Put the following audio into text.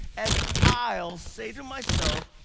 and i'll say to myself,